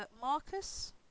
Marcus